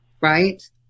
Right